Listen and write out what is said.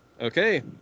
Okay